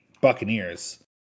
Buccaneers